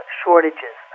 shortages